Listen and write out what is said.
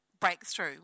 breakthrough